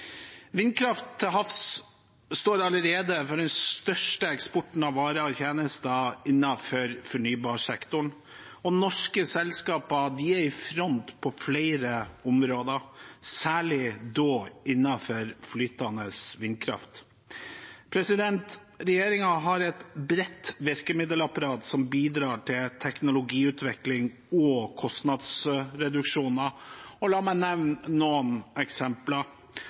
Vindkraft til havs står allerede for den største eksporten av varer og tjenester innenfor fornybarsektoren, og norske selskaper er i front på flere områder, særlig innen flytende vindkraft. Regjeringen har et bredt virkemiddelapparat som bidrar til teknologiutvikling og kostnadsreduksjoner. La meg nevne noen eksempler: